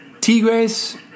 Tigres